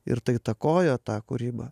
ir tai įtakojo tą kūrybą